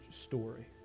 story